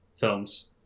films